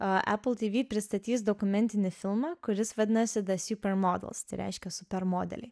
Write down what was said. apple tv pristatys dokumentinį filmą kuris vadinasi the super models tai reiškia super modeliai